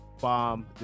bomb